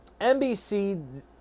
NBC